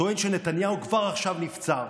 טוען שנתניהו כבר עכשיו נבצר.